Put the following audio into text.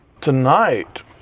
Tonight